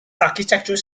architectural